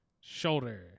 Shoulder